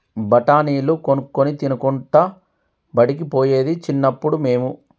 బఠాణీలు కొనుక్కొని తినుకుంటా బడికి పోయేది చిన్నప్పుడు మేము